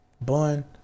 Bun